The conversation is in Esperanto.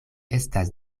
estas